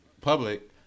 public